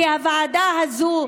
כי הוועדה הזאת,